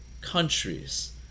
countries